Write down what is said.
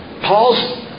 Paul's